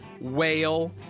whale